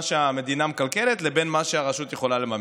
שהמדינה מקלקלת לבין מה שהרשות יכולה לממן.